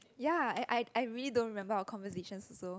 ya and I I really don't remember our conversation also